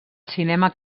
cinema